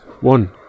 One